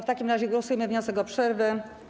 W takim razie przegłosujmy wniosek o przerwę.